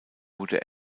wurde